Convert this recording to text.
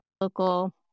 local